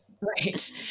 Right